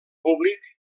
públic